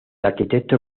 arquitecto